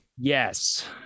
Yes